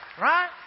Right